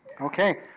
okay